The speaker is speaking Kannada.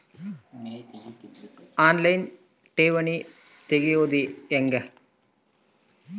ಆನ್ ಲೈನ್ ಠೇವಣಿ ತೆರೆಯೋದು ಹೆಂಗ?